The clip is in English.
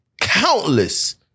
countless